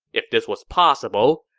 if this was possible,